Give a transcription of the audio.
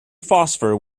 phosphor